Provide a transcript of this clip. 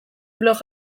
blog